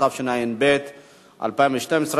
התשע"ב 2012,